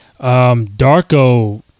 Darko